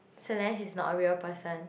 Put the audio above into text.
Celeste is not a real person